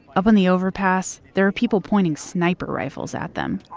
up on the overpass, there are people pointing sniper rifles at them.